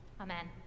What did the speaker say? Amen